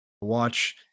watch